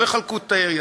לא יחלקו את העיר.